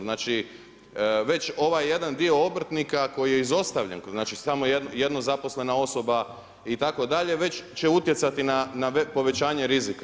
Znači, već ovaj jedan dio obrtnika koje je izostavljen, znači samo jedna zaposlena osoba itd., već će utjecati na povećanje rizika.